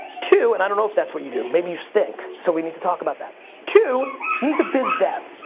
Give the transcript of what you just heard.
two, and i don't know if that's what you do, maybe you stink, so we need to talk about that. two, you need to biz dev.